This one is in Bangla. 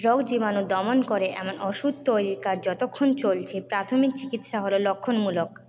রোগ জীবাণু দমন করে এমন ওষুধ তৈরির কাজ যতক্ষণ চলছে প্রাথমিক চিকিৎসা হলো লক্ষণমূলক